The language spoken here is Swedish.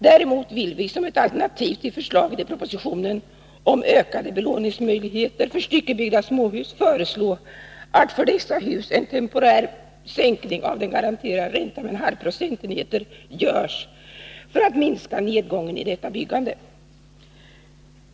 Däremot vill vi som ett alternativ till förslaget i propositionen om ökade belåningsmöjligheter för styckebyggda småhus föreslå att för dessa hus en temporär sänkning av den garanterade räntan med 0,5 procentenheter görs för att minska nedgången i detta byggande.